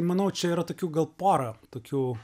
manau čia yra tokių gal porą tokių